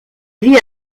vit